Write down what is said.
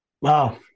Wow